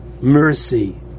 mercy